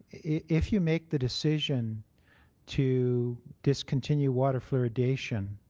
if you make the decision to discontinue water fluoridation